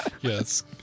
Yes